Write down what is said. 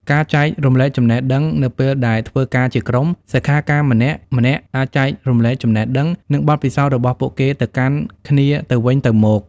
ការចែករំលែកចំណេះដឹង នៅពេលដែលធ្វើការជាក្រុម សិក្ខាកាមម្នាក់ៗអាចចែករំលែកចំណេះដឹង និងបទពិសោធន៍របស់ពួកគេទៅកាន់គ្នាទៅវិញទៅមក។